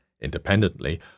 independently